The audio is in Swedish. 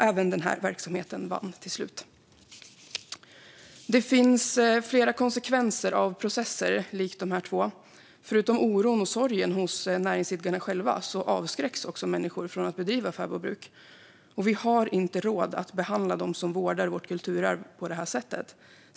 Även den här verksamheten vann alltså till slut. Det finns flera konsekvenser av processer likt de här två. Förutom oron och sorgen hos näringsidkarna själva avskräcks också människor från att bedriva fäbodbruk. Vi har inte råd att behandla dem som vårdar vårt kulturarv på det här sättet.